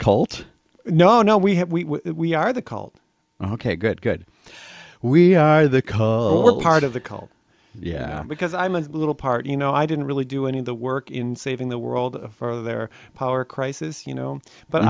cult no no we have we we are the cult ok good good we are the cold part of the cult yeah because i'm a little part you know i didn't really do any of the work in saving the world for their power crisis you know but